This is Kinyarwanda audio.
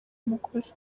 mugore